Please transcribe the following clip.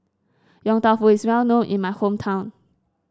Yong Tau Foo is well known in my hometown